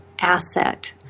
asset